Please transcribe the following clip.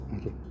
okay